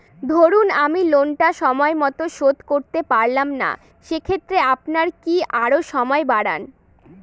ধরুন আমি লোনটা সময় মত শোধ করতে পারলাম না সেক্ষেত্রে আপনার কি আরো সময় বাড়ান?